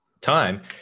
time